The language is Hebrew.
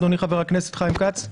אדוני חבר הכנסת חיים כץ,